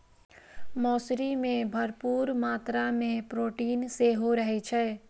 मौसरी मे भरपूर मात्रा मे प्रोटीन सेहो रहै छै